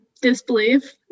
disbelief